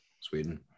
Sweden